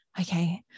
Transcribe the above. okay